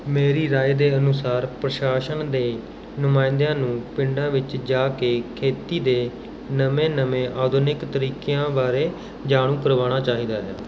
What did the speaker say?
ਮੇਰੀ ਰਾਏ ਦੇ ਅਨੁਸਾਰ ਪ੍ਰਸ਼ਾਸਨ ਦੇ ਨੁਮਾਇੰਦਿਆਂ ਨੂੰ ਪਿੰਡਾਂ ਵਿੱਚ ਜਾ ਕੇ ਖੇਤੀ ਦੇ ਨਵੇਂ ਨਵੇਂ ਆਧੁਨਿਕ ਤਰੀਕਿਆਂ ਬਾਰੇ ਜਾਣੂ ਕਰਵਾਉਣਾ ਚਾਹੀਦਾ ਹੈ